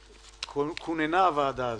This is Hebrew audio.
כשכוננה ועדה זו,